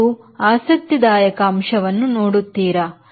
ನೀವು ಆಸಕ್ತಿದಾಯಕ ಅಂಶವನ್ನು ನೋಡುತ್ತೀರಾ